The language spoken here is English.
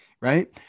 right